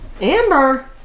Amber